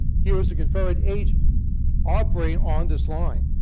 he was a confederate agent operating on this line.